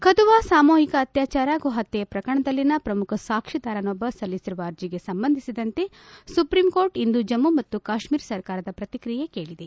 ಕಥುವಾ ಸಾಮೂಹಿಕ ಅತ್ಯಾಚಾರ ಹಾಗೂ ಹತ್ತೆ ಪ್ರಕರಣದಲ್ಲಿನ ಪ್ರಮುಖ ಸಾಕ್ಷಿದಾರನೊಬ್ಬ ಸಲ್ಲಿಸಿರುವ ಅರ್ಜೆಗೆ ಸಂಬಂಧಿಸಿದಂತೆ ಸುಪ್ರೀಂ ಕೋರ್ಟ್ ಇಂದು ಜಮ್ಮ ಮತ್ತು ಕಾಶ್ಹೀರ ಸರ್ಕಾರದ ಪ್ರತಿಕ್ರಿಯೆ ಕೇಳಿದೆ